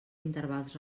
intervals